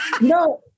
No